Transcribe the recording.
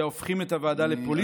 שהופכים את הוועדה לפוליטי.